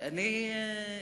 אני הייתי,